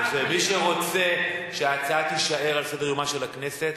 מי שרוצה שההצעה תישאר על סדר-יומה של הכנסת,